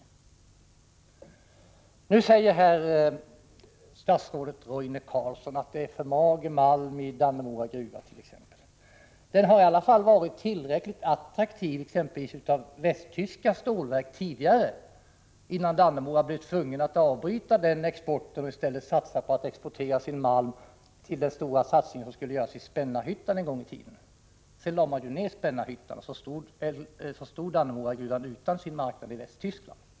Nu säger statsrådet Roine Carlsson att det är för mager malm i t.ex. Dannemoragruvan. Men den har i alla fall varit tillräckligt attraktiv för exempelvis västtyska stålverk, innan man i Dannemora blev tvungen att avbryta exporten till Västtyskland och i stället fick leverera malm för den stora satsning som skulle göras bl.a. i Spännarhyttan en gång i tiden. Sedan lades ju verksamheten i Spännarhyttan ned — och Dannemoragruvan hade förlorat sin export till Västtyskland.